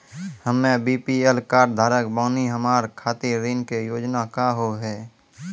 हम्मे BPL card धारक बानि हमारा खातिर ऋण के योजना का होव हेय?